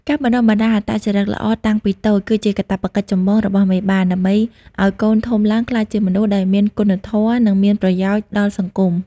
ការបណ្ដុះបណ្ដាលអត្តចរិតល្អតាំងពីតូច គឺជាកាតព្វកិច្ចចម្បងរបស់មេបា ដើម្បីឱ្យកូនធំឡើងក្លាយជាមនុស្សដែលមានគុណធម៌ និងមានប្រយោជន៍ដល់សង្គម។